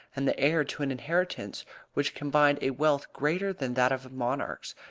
and the heir to an inheritance which combined a wealth greater than that of monarchs,